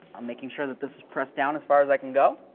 i'm making sure that this is pressed down as far as i can go.